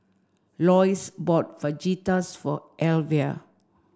Loyce bought Fajitas for Elvia